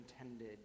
intended